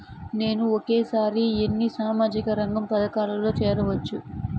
నేను ఒకేసారి ఎన్ని సామాజిక రంగ పథకాలలో సేరవచ్చు?